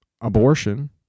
abortion